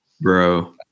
Bro